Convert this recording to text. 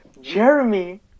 Jeremy